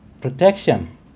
protection